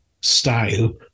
style